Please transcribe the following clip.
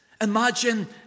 Imagine